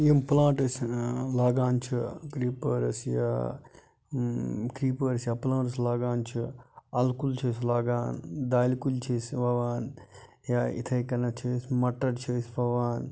یِم پٔلانٹٔس لاگان چھِ کریٖپٲرٕس یا کریپٲرٕس یا پٔلانٹٔس لاگان چھِ اَلہٕ کُل چھِ أسۍ لاگان دالہِ کُلۍ چھِ أسۍ وَوان یا یِتھَے کَنِتھ چھِ أسۍ مَٹر چھِ أسۍ وَوان